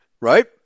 right